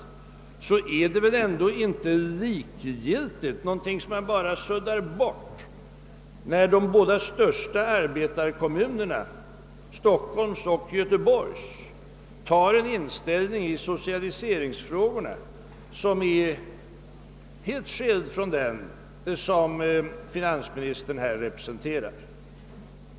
Jag får då ännu en gång säga att det inte är någonting likgiltigt, som man bara kan sudda bort, att de båda största arbetarekommunerna, Stockholms och Göteborgs, i socialiseringsfrågorna har en inställning som är helt skild från den som finansministern här representerar.